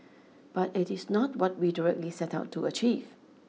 but it is not what we directly set out to achieve